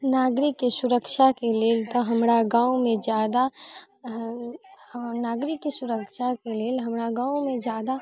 नागरिकके सुरक्षाके लेल तऽ हमरा गाँवमे जादा नागरिकके सुरक्षाके लेल हमरा गाँवमे जादा